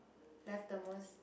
left the most